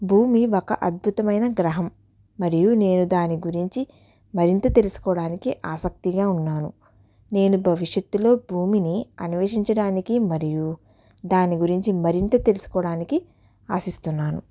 భూమి ఒక అద్భుతమైన గ్రహం మరియు నేను దాని గురించి మరింత తెలుసుకోవడానికి ఆసక్తిగా ఉన్నాను నేను భవిష్యత్తులో భూమిని అన్వేషించడానికి మరియు దాని గురించి మరింత తెలుసుకోవడానికి ఆశిస్తున్నాను